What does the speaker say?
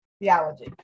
theology